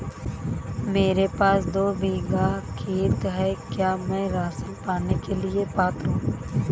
मेरे पास दो बीघा खेत है क्या मैं राशन पाने के लिए पात्र हूँ?